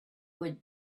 would